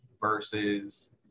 versus